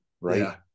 right